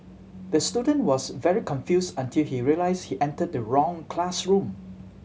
the student was very confused until he realised he entered the wrong classroom